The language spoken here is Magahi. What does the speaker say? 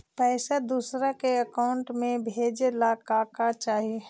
पैसा दूसरा के अकाउंट में भेजे ला का का चाही?